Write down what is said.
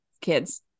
kids